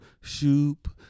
Shoop